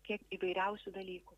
kiek įvairiausių dalykų